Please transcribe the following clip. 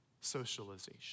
socialization